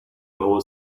whole